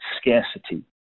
scarcity